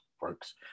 works